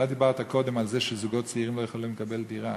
אתה דיברת קודם על זה שזוגות צעירים לא יכולים לקבל דירה,